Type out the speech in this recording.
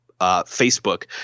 Facebook